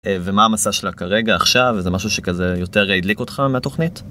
ומה המסע שלה כרגע עכשיו זה משהו שכזה יותר ידליק אותך מתוכנית.